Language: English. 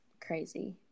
crazy